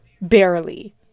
barely